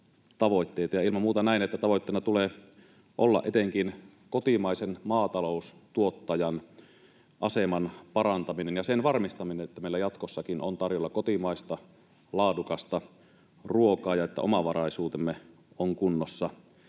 tavoitteena tulee olla etenkin kotimaisen maataloustuottajan aseman parantaminen ja sen varmistaminen, että meillä jatkossakin on tarjolla kotimaista laadukasta ruokaa ja että omavaraisuutemme on kunnossa.